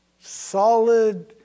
solid